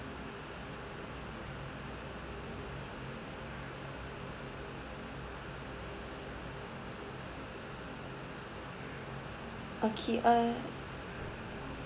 okay uh